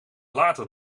later